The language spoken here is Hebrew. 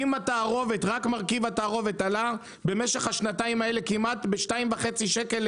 אם רק מרכיב התערובת עלה במהלך השנתיים האלה בכמעט 2.5 לקילו,